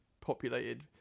populated